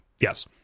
yes